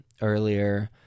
earlier